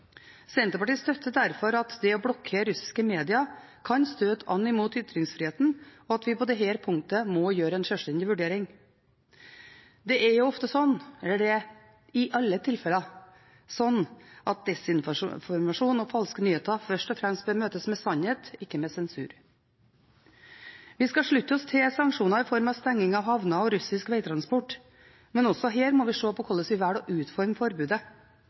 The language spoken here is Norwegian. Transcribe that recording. Senterpartiet støtter derfor at det å blokkere russiske medier kan støte an mot ytringsfriheten, og at vi på dette punktet må gjøre en sjølstendig vurdering. Det er i alle tilfeller slik at desinformasjon og falske nyheter først og fremst bør møtes med sannhet, ikke med sensur. Vi skal slutte oss til sanksjoner i form av stenging av havner og russisk vegtransport, men også her må vi se på hvordan vi velger å utforme forbudet